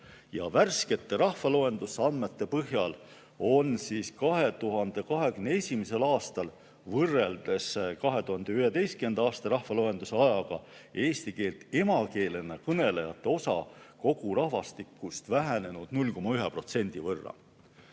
Ja värskete rahvaloenduse andmete põhjal on 2021. aastal võrreldes 2011. aasta rahvaloenduse ajaga eesti keelt emakeelena kõnelejate osakaal kogu rahvastikus vähenenud 0,1% võrra.